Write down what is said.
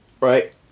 right